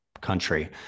country